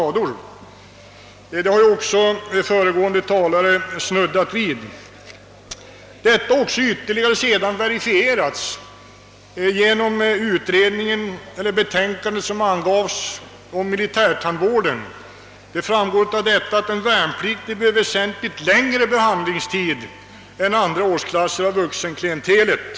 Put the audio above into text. Föregående talare har även varit inne på denna fråga. Det allvarliga läget har ytterligare verifierats genom ett betänkande som avgivits om militärtandvården. Det framgår att de värnpliktiga behöver väsentligt längre behandlingstid än andra årsklasser av vuxenklientelet.